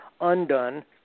undone